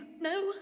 No